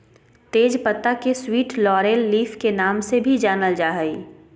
तेज पत्ता के स्वीट लॉरेल लीफ के नाम से भी जानल जा हइ